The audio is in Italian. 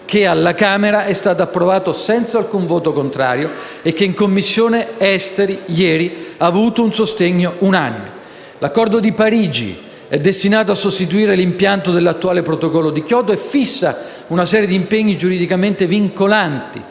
L'accordo di Parigi è destinato a sostituire l'impianto dell'attuale Protocollo di Kyoto e fissa una serie di impegni giuridicamente vincolanti,